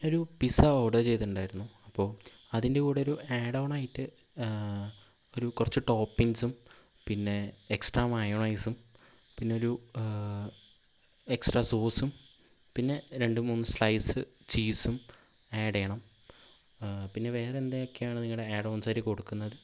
ഒരു pizza order ചെയ്തിട്ടുണ്ടായിരുന്നു അപ്പോൾ അതിൻ്റെ കൂടെ ഒരു ആഡോണായിട്ട് ഒരു കുറച്ചു ടോപ്പിങ്ങ്സും പിന്നെ എക്സ്ട്രാ മയോണൈസും പിന്നെ ഒരു എക്സ്ട്രാ സോസും പിന്നെ രണ്ട് മൂന്ന് സ്ലൈസ് ചീസും ആഡ് ചെയ്യണം പിന്നെ വേറെ എന്തൊക്കെയാണ് നിങ്ങടെ ആഡ് ഓൺസ് ആയിട്ടു കൊടുക്കുന്നത്